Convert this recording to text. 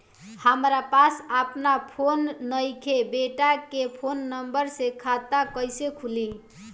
हमरा पास आपन फोन नईखे बेटा के फोन नंबर से खाता कइसे खुली?